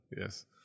Yes